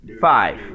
Five